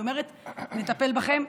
היא אומרת: נטפל בכם,